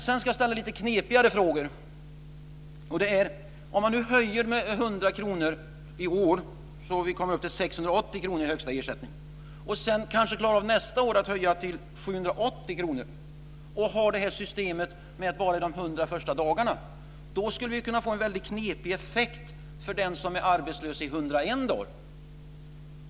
Sedan ska jag ställa lite knepigare frågor. Om man höjer med 100 kr i år, så att den högsta ersättningen blir 680 kr, och kanske nästa år klarar av att höja till 780 kr och ha systemet att det ska gälla bara de 100 första dagarna, då skulle vi kunna få en väldigt knepig effekt för den som är arbetslös i 101 dagar.